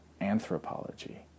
anthropology